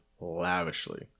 lavishly